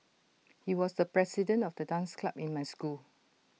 he was the president of the dance club in my school